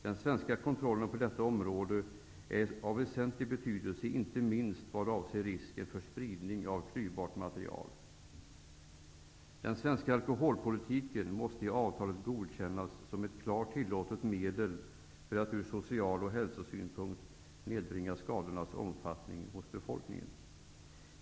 Den svenska kontrollen på detta område är av väsentlig betydelse inte minst vad avser risken för spridning av klyvbart material. 4. Den svenska alkoholpolitiken måste i avtalet godkännas som ett klart tillåtet medel för att ur social synpunkt och hälsosynpunkt nedbringa skadornas omfattning hos befolkningen.